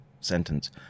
sentence